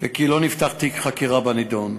וכי לא נפתח תיק חקירה בנדון.